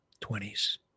20s